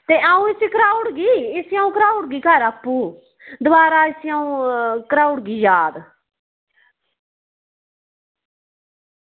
ते अ'ऊं इसी कराई ओड़गी इसी अ'ऊं कराई ओड़गी आपूं दोबारा इसी अं'ऊ कराई ओड़गी याद